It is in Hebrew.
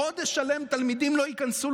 חודש שלם תלמידים לא ייכנסו,